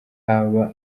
haba